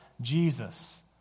Jesus